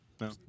No